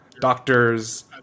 doctors